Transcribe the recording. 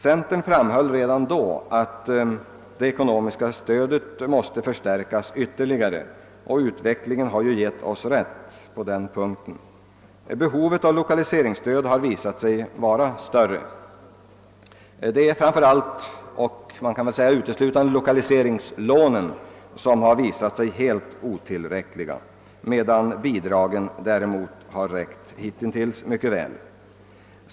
Centern framhöll redan då att det ekonomiska stödet måste förstärkas ytterligare. Utvecklingen har givit oss rätt. Behovet av lokaliseringsstöd har visat sig vara större. Framför allt har det framgått att lokaliseringslånen varit alldeles otillräckliga, medan bidragen hittills räckt till mycket väl.